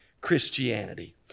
Christianity